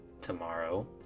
Tomorrow